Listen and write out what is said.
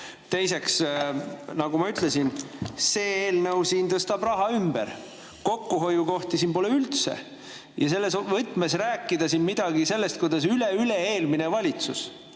Teiseks, nagu ma ütlesin: see eelnõu siin tõstab raha ümber, kokkuhoiukohti siin pole üldse. Ja selles võtmes rääkida siin midagi sellest, kuidas üle-üle-eelmine valitsus